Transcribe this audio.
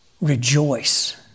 rejoice